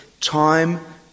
Time